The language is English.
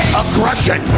aggression